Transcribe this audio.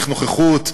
צריך נוכחות,